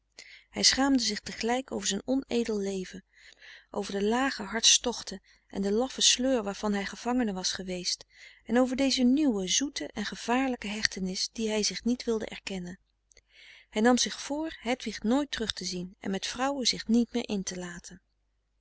hij schaamde zich tegelijk over zijn onedel leven over de lage hartstochten en de laffe sleur waarvan hij gevangene was geweest en over deze nieuwe zoete en gevaarlijke hechtenis die hij zich niet wilde erkennen hij nam zich vr hedwig nooit terug te zien en met vrouwen zich niet meer in te laten